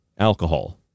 alcohol